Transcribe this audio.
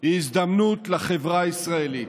היא הזדמנות לחברה הישראלית.